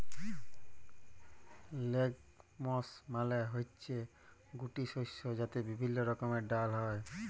legumes মালে হচ্যে গুটি শস্য যাতে বিভিল্য রকমের ডাল হ্যয়